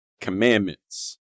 Commandments